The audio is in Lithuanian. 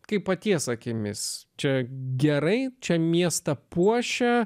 kaip paties akimis čia gerai čia miestą puošia